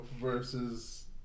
versus